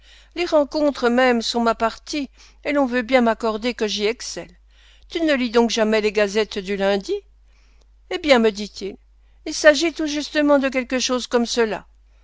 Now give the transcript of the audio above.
les rencontres même sont ma partie et l'on veut bien m'accorder que j'y excelle tu ne lis donc jamais les gazettes du lundi eh bien me dit-il il s'agit tout justement de quelque chose comme cela